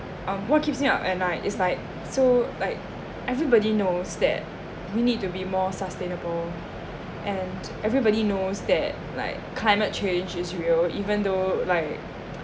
um what keeps me up at night is like so like everybody knows that we need to be more sustainable and everybody knows that like climate change is real even though like